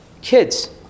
kids